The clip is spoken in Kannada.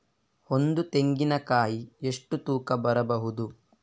ಒಂದು ತೆಂಗಿನ ಕಾಯಿ ಎಷ್ಟು ತೂಕ ಬರಬಹುದು?